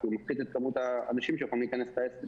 כי הוא מפסיד את כמות האנשים שיכולים להיכנס לעסק.